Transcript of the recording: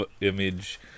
image